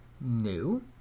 new